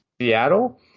Seattle